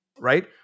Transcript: right